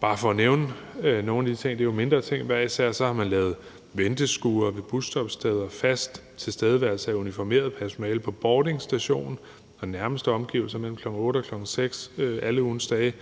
Bare for at nævne nogle af de ting – det er jo mindre ting hver især – vil jeg sige, at man har lavet venteskure ved busstoppesteder, fast tilstedeværelse af uniformeret personale på Bording Station og i de nærmeste omgivelser mellem kl. 8.00 og kl. 18.00 alle ugens dage,